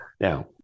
Now